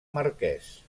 marquès